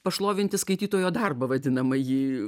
pašlovinti skaitytojo darbą vadinamąjį